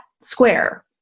square